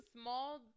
small